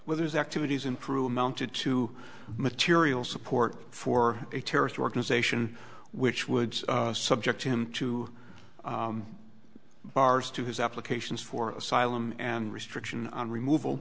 withers activities in peru amounted to material support for a terrorist organization which would subject him to bars to his applications for asylum and restriction on removal